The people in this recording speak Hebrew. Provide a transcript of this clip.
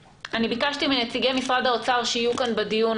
ביקשתי מנציגי משרד האוצר שיהיו כאן בדיון.